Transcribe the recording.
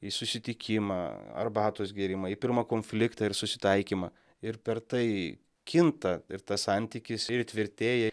į susitikimą arbatos gėrimą į pirmą konfliktą ir susitaikymą ir per tai kinta ir tas santykis ir tvirtėja